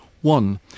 One